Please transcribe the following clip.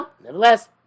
Nevertheless